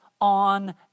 on